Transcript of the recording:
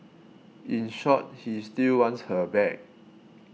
in short he still wants her back